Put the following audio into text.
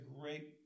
great